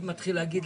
מי נגד?